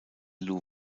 lou